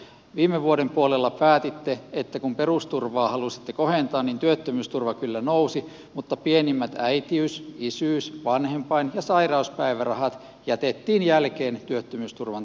viime vuoden puolella päätitte kun perusturvaa halusitte kohentaa niin työttömyysturva kyllä nousi mutta pienimmät äitiys isyys vanhempain ja sairauspäivärahat jätettiin jälkeen työttömyysturvan tasosta